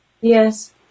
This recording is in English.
Yes